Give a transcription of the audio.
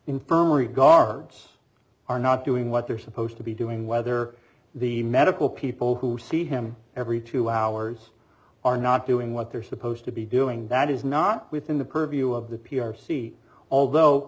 infirmary guards are not doing what they're supposed to be doing whether the medical people who see him every two hours are not doing what they're supposed to be doing that is not within the purview of the p r c although